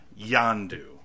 Yandu